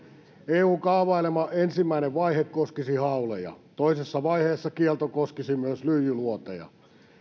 eun kaavailema ensimmäinen vaihe koskisi hauleja toisessa vaiheessa kielto koskisi myös lyijyluoteja